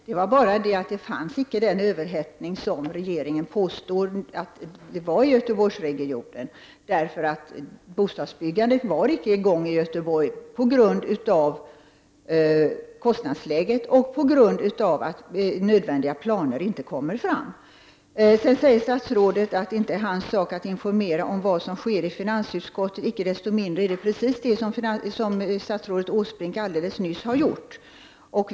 Fru talman! Det är bara det att den överhettning som regeringen påstår fanns i Göteborgsregionen inte fanns. Bostadsbyggandet var icke i gång i Göteborg, på grund av kostnadsläget och på grund av att nödvändiga planer inte kom fram. Statsrådet säger att det inte är hans sak att informera om vad som sker i finansutskottet. Icke desto mindre var det precis det som statsrådet Åsbrink alldeles nyss gjorde.